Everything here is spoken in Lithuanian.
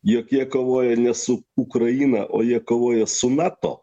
jog jie kovoja nesu ukraina o jie kovoja su nato